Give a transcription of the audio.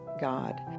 God